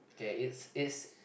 K it's it's